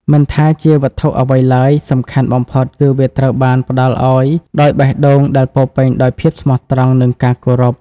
មិនថាជាវត្ថុអ្វីឡើយ សំខាន់បំផុតគឺវាត្រូវបានផ្ដល់ឱ្យដោយបេះដូងដែលពោរពេញដោយភាពស្មោះត្រង់ និងការគោរព។